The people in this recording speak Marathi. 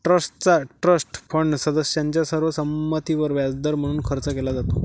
ट्रस्टचा ट्रस्ट फंड सदस्यांच्या सर्व संमतीवर व्याजदर म्हणून खर्च केला जातो